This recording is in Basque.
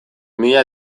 mila